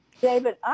David